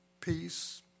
peace